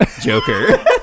Joker